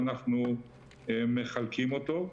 ואנחנו מחלקים אותו.